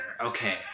Okay